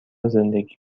زندگی